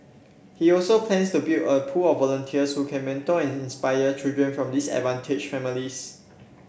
he also plans to build a pool of volunteers who can mentor and inspire children from disadvantaged families